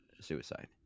suicide